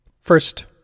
first